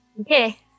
Okay